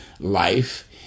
life